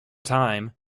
time